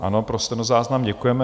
Ano, pro stenozáznam, děkujeme.